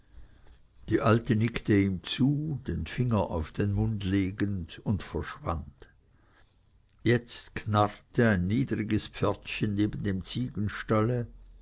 die alte nickte ihm zu den finger auf den mund legend und verschwand jetzt knarrte ein niedriges pförtchen neben dem